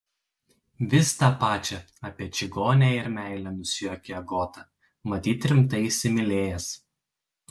vis tą pačią apie čigonę ir meilę nusijuokė agota matyt rimtai įsimylėjęs